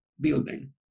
building